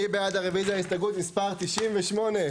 מי בעד רביזיה להסתייגות מספר 95?